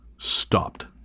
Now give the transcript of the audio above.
stopped